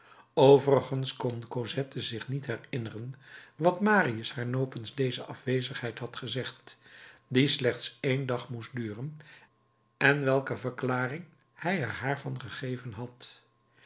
overigens kon cosette zich niet herinneren wat marius haar nopens deze afwezigheid had gezegd die slechts één dag moest duren en welke verklaring hij er haar van gegeven had